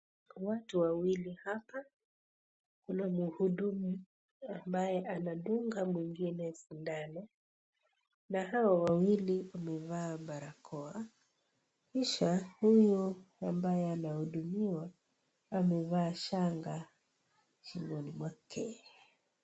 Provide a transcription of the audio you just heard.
Watu wawili hapa kuna mhudumu ambaye ana dunga mwingine sindano na hao wawili wamevaa barakoa kisha huyo ambaye ana hudumiwa amevaa shanga shingoni mwake.